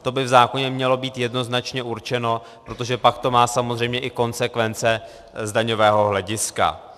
To by v zákoně mělo být jednoznačně určeno, protože pak to má samozřejmě i konsekvence z daňového hlediska.